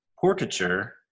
portraiture